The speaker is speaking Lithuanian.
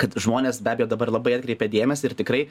kad žmonės be abejo dabar labai atkreipia dėmesį ir tikrai